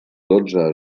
dotze